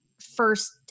first